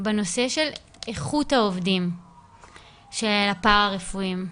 בנושא של איכות העובדים הפרא רפואיים.